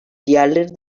diğerleri